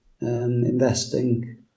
investing